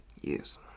yes